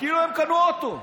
כאילו הם קנו אוטו.